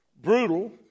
brutal